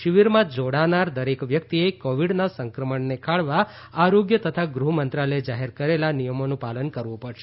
શિબિરમાં જોડાનાર દરેક વ્યક્તિએ કોવિડના સંક્રમણને ખાળવા આરોગ્ય તથા ગૃહમંત્રાલયે જાહેર કરેલા નિયમોનું પાલન કરવું પડશે